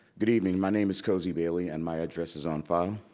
good evening, my name is cozy bailey, and my address is on file.